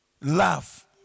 Love